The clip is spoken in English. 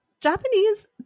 Japanese